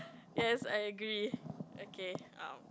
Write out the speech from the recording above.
yes I agree okay um